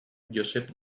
josep